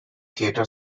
theater